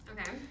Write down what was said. Okay